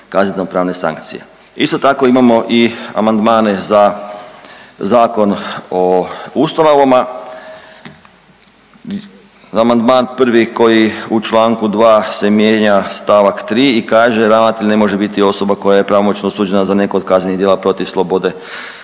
kazneno-pravne sankcije. Isto tako imamo i amandmane za Zakon o ustanovama. Amandman prvi koji u članku 2. se mijenja stavak 3. i kaže: Ravnatelj ne može biti osoba koja je pravomoćno osuđena za neko od kaznenih djela protiv slobode,